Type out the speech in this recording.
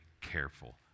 careful